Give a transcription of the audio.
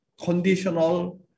conditional